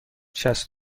شصت